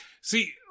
See